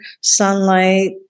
sunlight